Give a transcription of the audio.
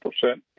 percent